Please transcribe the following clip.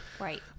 right